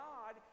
God